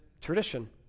tradition